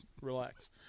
Relax